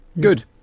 Good